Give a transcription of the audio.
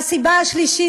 והסיבה השלישית,